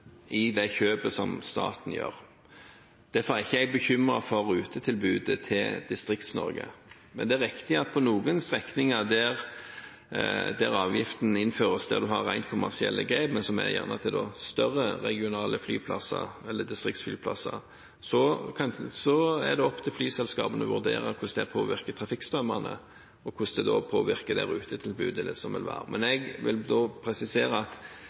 i det kjøpet som staten gjør. Derfor er ikke jeg bekymret for rutetilbudet til Distrikts-Norge. Men det er riktig at på noen strekninger der avgiften innføres, og der en har rent kommersielle grep, men som gjerne er til større regionale flyplasser eller distriktsflyplasser, er det opp til flyselskapene å vurdere hvordan det påvirker trafikkstrømmene og rutetilbudet. Jeg vil presisere at jeg ikke oppfatter at noe flyselskap har sagt at de vil kutte sine ruter, unntatt Ryanair, som vil